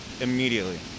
immediately